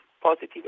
positive